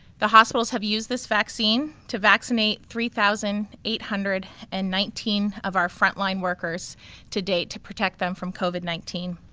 the hospitals have used this vaccine to vaccinate three thousand eight hundred and nineteen of our front line workers to date to protect them from covid nineteen.